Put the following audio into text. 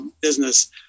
business